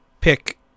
pick